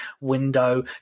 window